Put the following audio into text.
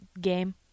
game